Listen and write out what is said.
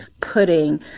putting